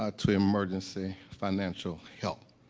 ah to emergency financial help.